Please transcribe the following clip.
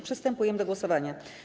Przystępujemy do głosowania.